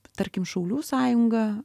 tarkim šaulių sąjunga